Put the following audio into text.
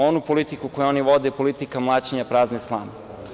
Onu politiku koju oni vode, politika mlaćenja prazne slame.